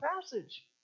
passage